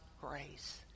grace